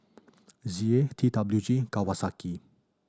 Z A T W G Kawasaki